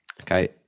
Okay